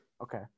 Okay